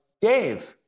Dave